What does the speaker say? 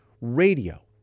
Radio